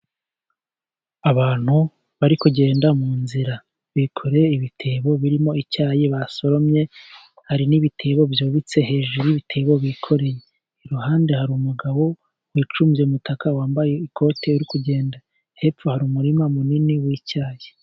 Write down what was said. Abantu bari kugenda mu nzira bikoreye ibitebo birimo icyayi basoromye, hari n'ibitebo byubitse hejuru y'ibitebo bikoreye iruhande hari umugabo wicunze umutaka wambaye ikote ryo kugenda hepfo hari umurima munini w'icyayi.